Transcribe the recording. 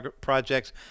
projects